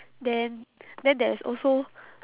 then then there is also